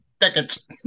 Tickets